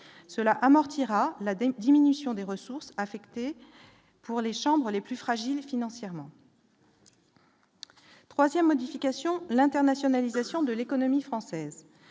cela à amortir à la dinde, diminution des ressources affectées pour les chambres les plus fragiles financièrement. 3ème modification l'internationalisation de l'économie française